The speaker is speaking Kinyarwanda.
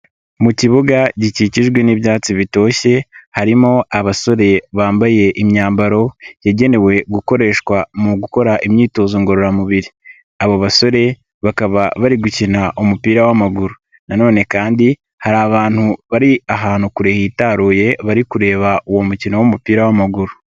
Mu kibuga gikikijwe n'ibyatsi bitoshye harimo abasore bambaye imyambaro yagenewe gukoreshwa mu gukora imyitozo ngororamubiri. Abo basore bakaba bari gukina umupira w'amaguru. Nanone kandi hari abantu bari ahantu kure hitaruye bari kureba uwo mukino w'umupira w'amaguru.